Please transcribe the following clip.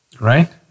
right